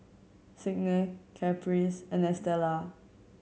Signe Caprice and Estela